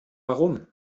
warum